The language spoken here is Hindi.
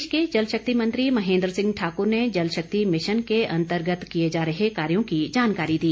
प्रदेश के जल शक्ति मंत्री महेंद्र सिंह ठाकुर ने जल शक्ति मिशन के अंतर्गत किए जा रहे कार्यों की जानकारी दी